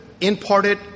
imparted